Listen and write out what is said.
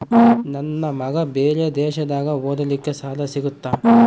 ನನ್ನ ಮಗ ಬೇರೆ ದೇಶದಾಗ ಓದಲಿಕ್ಕೆ ಸಾಲ ಸಿಗುತ್ತಾ?